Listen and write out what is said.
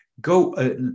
go